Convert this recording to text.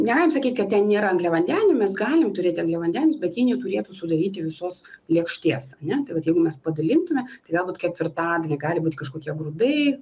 negalim sakyt kad ten nėra angliavandenių mes galim turėt angliavandenius bet jie neturėtų sudaryti visos lėkštės ane tai vat jeigu mes padalintume tai galbūt ketvirtadienį gali būti kažkokie grūdai